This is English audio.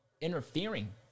interfering